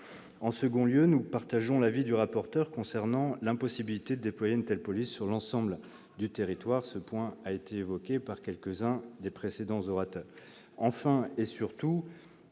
En second lieu, nous partageons l'avis du rapporteur sur l'impossibilité de déployer une telle police sur l'ensemble du territoire ; ce point a été évoqué par quelques-uns des précédents orateurs. Enfin, et surtout,